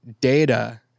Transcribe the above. data